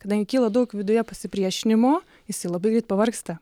kadangi kyla daug viduje pasipriešinimo jisai labai greit pavargsta